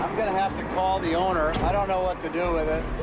gonna have to call the owner. i don't know what to do with it.